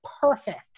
perfect